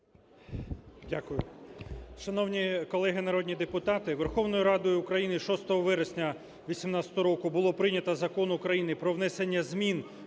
Дякую.